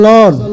Lord